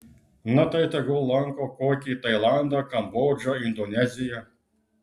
na tai tegul lanko kokį tailandą kambodžą indoneziją